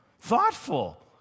thoughtful